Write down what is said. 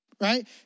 Right